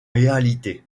réalité